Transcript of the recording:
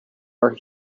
are